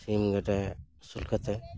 ᱥᱤᱢ ᱜᱮᱰᱮ ᱟᱹᱥᱩᱞ ᱠᱟᱛᱮᱫ